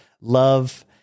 love